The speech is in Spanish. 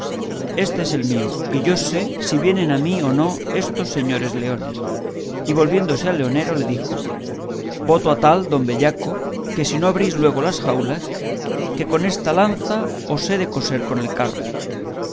éste es el mío y yo sé si vienen a mí o no estos señores leones y volviéndose al leonero le dijo voto a tal don bellaco que si no abrís luego luego las jaulas que con esta lanza os he de coser con el carro